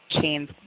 chains